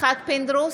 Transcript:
יצחק פינדרוס,